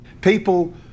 People